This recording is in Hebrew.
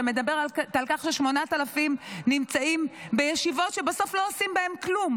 שמדברת על כך ש-8,000 נמצאים בישיבות שבסוף לא עושים בהן כלום: